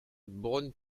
braun